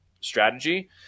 strategy